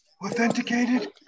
Authenticated